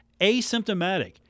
Asymptomatic